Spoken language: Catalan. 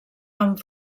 amb